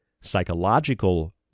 psychological